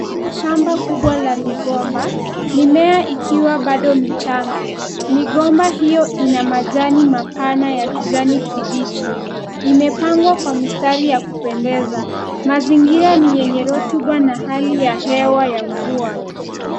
Shamba kubwa la Migomba, mimea ikiwa bado michanga, migomba hiyo ina majani mapana ya kijani kibichi. Imepangwa kwa mistari ya kupendeza. Mazingira ni yenye rotuba na hali ya hewa ya mvua.